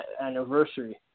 anniversary